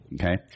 okay